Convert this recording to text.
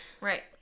Right